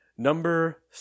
Number